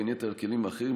בין יתר הכלים האחרים,